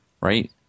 right